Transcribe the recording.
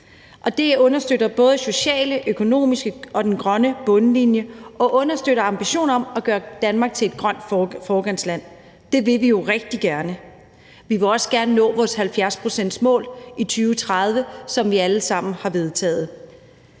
det understøtter både den sociale, den økonomiske og den grønne bundlinje, og det understøtter ambitionen om at gøre Danmark til et grønt foregangsland. Det vil vi jo rigtig gerne, og vi vil også gerne nå vores 70-procentsmål i 2030, som vi alle sammen har vedtaget.